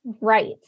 Right